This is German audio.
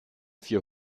vier